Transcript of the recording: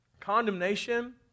condemnation